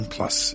Plus